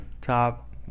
Top